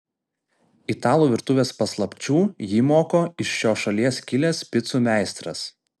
italų virtuvės paslapčių jį moko iš šios šalies kilęs picų meistras